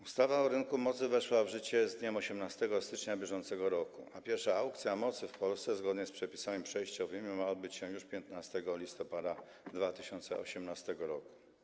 Ustawa o rynku mocy weszła w życie z dniem 18 stycznia br., a pierwsza aukcja mocy w Polsce, zgodnie z przepisami przejściowymi, ma odbyć się już 15 listopada 2018 r.